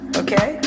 okay